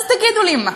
אז תגידו לי מה?